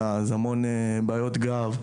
שברים, בעיות גב.